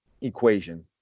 equation